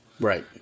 Right